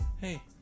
Hey